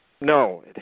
No